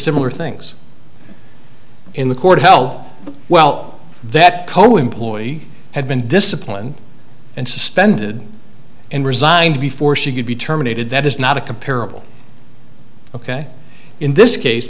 similar things in the court help well that cohen ploy had been disciplined and suspended and resigned before she could be terminated that is not a comparable ok in this case